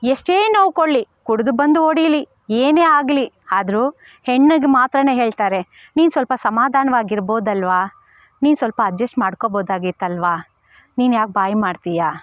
ಎಷ್ಟೇ ನೋವು ಕೊಡಲಿ ಕುಡಿದು ಬಂದು ಹೊಡೀಲಿ ಏನೇ ಆಗಲಿ ಆದರೂ ಹೆಣ್ಣಿಗೆ ಮಾತ್ರವೇ ಹೇಳ್ತಾರೆ ನೀನು ಸ್ವಲ್ಪ ಸಮಾಧಾನವಾಗಿರ್ಬೋದಲ್ವ ನೀನು ಸ್ವಲ್ಪ ಅಡ್ಜೆಸ್ಟ್ ಮಾಡ್ಕೊಬೋದಾಗಿತ್ತಲ್ವ ನೀನು ಯಾಕೆ ಬಾಯಿ ಮಾಡ್ತೀಯ